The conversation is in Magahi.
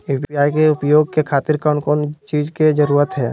यू.पी.आई के उपयोग के खातिर कौन कौन चीज के जरूरत है?